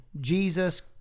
Jesus